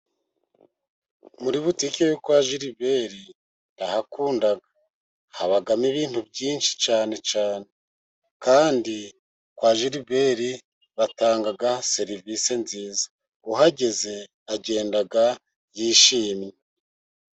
Muri butike yo kwa Jiliberi ndahakunda habamo ibintu byinshi cyane cyane kandi kwa Jiliberi batanga serivisi nziza uhageze agenda yishimye.